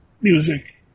music